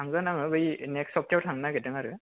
थांगोन आङो बै नेक्स सफ्तायाव थांनो नागिरदों आरो